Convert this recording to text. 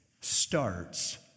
starts